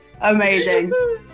Amazing